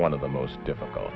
one of the most difficult